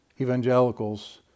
evangelicals